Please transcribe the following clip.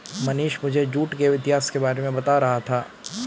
मनीष मुझे जूट के इतिहास के बारे में बता रहा था